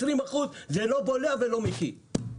20% זה לא בולע ולא מקיא.